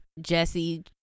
Jesse